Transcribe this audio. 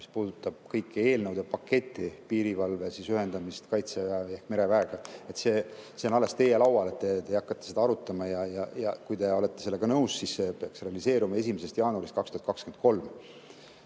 mis puudutab kõigi eelnõude paketti, piirivalve ühendamist kaitseväe ehk mereväega. See on alles teie laual ja te hakkate seda arutama. Kui te olete sellega nõus, siis see peaks realiseeruma 1. jaanuarist 2023.